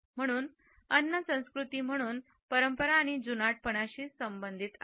म्हणून अन्न संस्कृती म्हणून परंपरा आणि जुनाटपणाशी संबंधित आहे